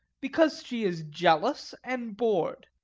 because she is jealous and bored.